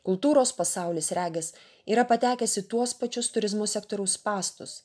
kultūros pasaulis regis yra patekęs į tuos pačius turizmo sektoriaus spąstus